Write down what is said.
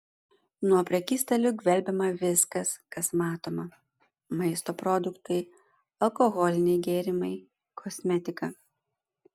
nuo prekystalių gvelbiama viskas kas matoma maisto produktai alkoholiniai gėrimai kosmetika